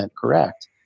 correct